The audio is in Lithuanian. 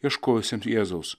ieškosime jėzaus